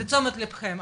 לתשומת ליבכם.